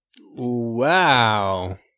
Wow